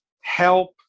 help